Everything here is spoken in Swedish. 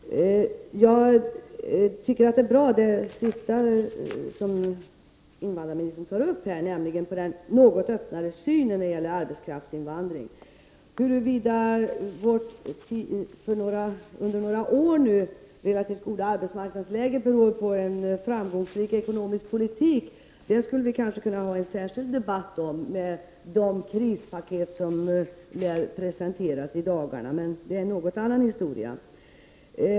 Fru talman! Jag tycker att det senaste som invandrarministern tog upp om den något öppnare synen på arbetskraftsinvandringen lät bra. Huruvida det under några år relativt goda arbetsläget beror på en framgångsrik ekonomisk politik, skulle vi kunna ha en särskild debatt om efter de krispaket som nu presenteras i dagarna. Men det är en annan historia.